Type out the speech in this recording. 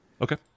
Okay